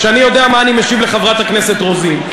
שאני יודע מה אני משיב לחברת הכנסת רוזין.